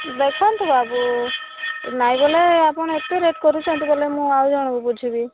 ଦେଖନ୍ତୁ ବାବୁ ନାଇଁ ବୋଲେ ଆପଣ ଏତେ ରେଟ୍ କରୁଛନ୍ତି ବୋଲେ ମୁଁ ଆଉ ଜଣକୁ ବୁଝିବି